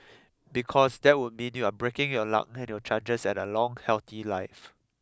because that would mean you're breaking your luck and your chances at a long healthy life